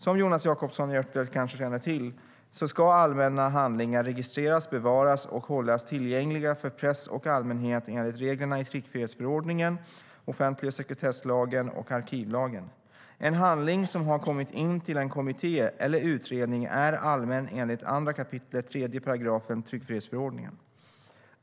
Som Jonas Jacobsson Gjörtler kanske känner till ska allmänna handlingar registreras, bevaras och hållas tillgängliga för press och allmänhet enligt reglerna i tryckfrihetsförordningen, offentlighets och sekretesslagen och arkivlagen. En handling som har kommit in till en kommitté eller utredning är allmän enligt 2 kap. 3 § tryckfrihetsförordningen.